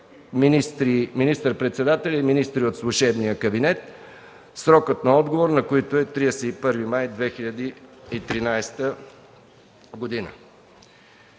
министър-председателя и министри от служебния кабинет, срокът на отговор на които е 31 май 2013 г.